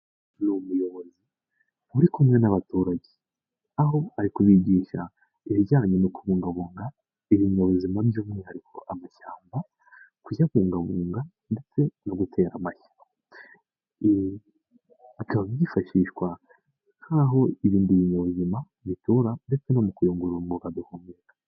N'umuyobozi uri kumwe n'abaturage, aho ari kubigisha ibijyanye no kubungabunga ibinyabuzima by'umwihariko amashyamba, kuyabungabunga ndetse no gutera amashyamba, bikaba byifashishwa nk'aho ibindi binyabuzima bitura ndetse no mu kuyungurura umwuka duhumeka.